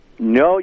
No